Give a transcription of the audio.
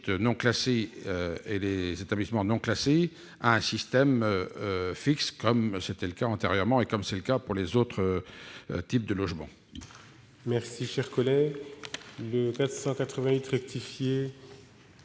pour les gîtes et établissements non classés, à un système fixe, comme c'était le cas antérieurement et comme c'est le cas pour les autres types de logements.